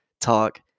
talk